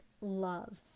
love